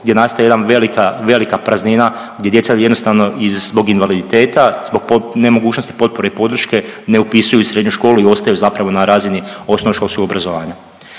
gdje nastaje jedan velika, velika praznina gdje djeca jednostavno iz, zbog invaliditeta, zbog nemogućnosti potpore i podrške ne upisuju srednju školu i ostaju zapravo na razini osnovnoškolskog obrazovanja.